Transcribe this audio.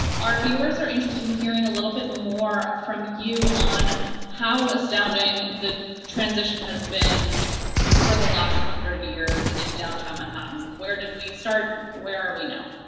our viewers are interested in hearing a little bit more from you on how astounding the transition has been over the last hundred years in downtown manhattan. where did we start, where are we now?